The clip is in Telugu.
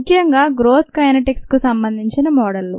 ముఖ్యంగా గ్రోత్ కౌనెటిక్స్కు సంబంధించిన మోడళ్లు